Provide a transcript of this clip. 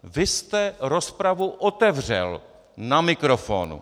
Vy jste rozpravu otevřel na mikrofonu.